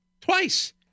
twice